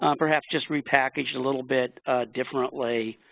um perhaps just repackaged a little bit differently.